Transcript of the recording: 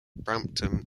brampton